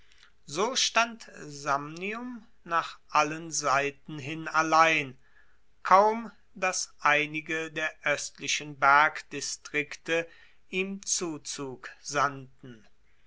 so stand samnium nach allen seiten hin allein kaum dass einige der oestlichen bergdistrikte ihm zuzug sandten